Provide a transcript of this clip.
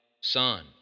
Son